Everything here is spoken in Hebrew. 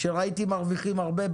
שראיתי שמרוויחים הרבה,